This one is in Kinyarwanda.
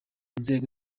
nzego